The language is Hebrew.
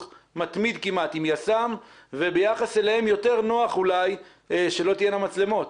מתמיד כמעט עם יס"מ וביחס אליהן יותר נוח אולי שלא תהיינה מצלמות.